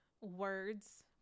words